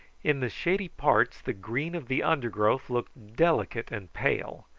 in the shady parts the green of the undergrowth looked delicate and pale,